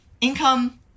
income